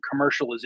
commercialization